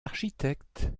architecte